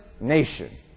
Nation